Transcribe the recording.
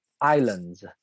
Islands